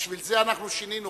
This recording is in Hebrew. בשביל זה אנחנו שינינו,